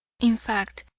in fact,